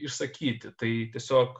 išsakyti tai tiesiog